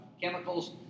chemicals